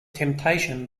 temptation